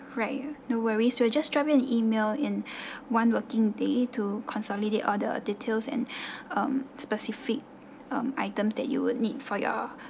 right no worries we'll just drop you an email in one working day to consolidate all the details and um specific um items that you will need for your